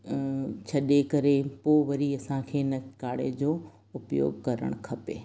छॾे करे पोइ वरी असांखे इन काढ़े जो उपयोग करणु खपे